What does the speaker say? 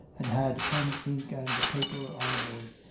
and had pen, ink, and paper on board,